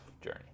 Journey